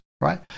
Right